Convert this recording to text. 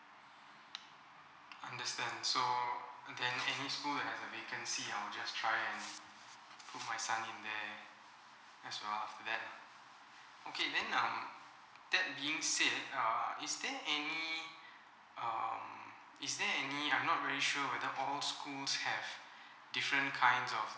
understand so then any school they have a vacancy I'll just try and put my son in there as well after that okay then um that being said uh is there any um is there any I'm not very sure whether all schools have different kinds of